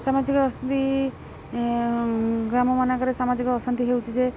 ସାମାଜିକ ଅଶାନ୍ତି ଗ୍ରାମମାନଙ୍କରେ ସାମାଜିକ ଅଶାନ୍ତି ହେଉଛି ଯେ